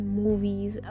movies